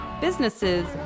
businesses